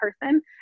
person